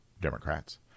Democrats